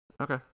okay